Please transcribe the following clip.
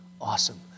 awesome